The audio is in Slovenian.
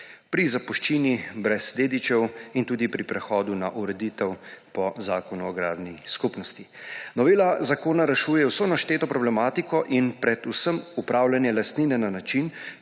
pri zapuščini brez dedičev in tudi pri prehodu na ureditev po Zakonu o agrarnih skupnostih. Novela zakona rešuje vso našteto problematiko in predvsem upravljanje lastnine na način,